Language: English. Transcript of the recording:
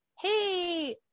Hey